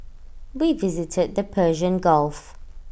we visited the Persian gulf